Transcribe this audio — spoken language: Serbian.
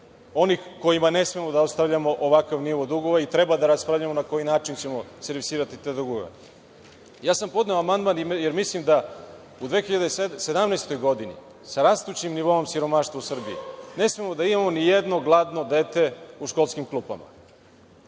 oni kojima ne smemo da ostavljamo ovakav nivo dugova. Treba da raspravljamo na koji način ćemo servisirati upravo te dugove. Podneo sam amandman jer mislim da u 2017. godini sa rastućim nivoom siromaštva u Srbiji ne smemo da imamo ni jedno gladno dete u školskim klupama.